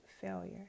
failure